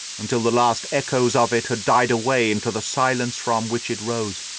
until the last echoes of it had died away into the silence from which it rose.